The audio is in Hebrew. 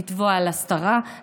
לתבוע על הסתרה,